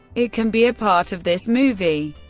it can be a part of this movie,